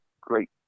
great